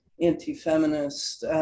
anti-feminist